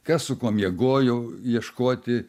kas su kuo miegojo ieškoti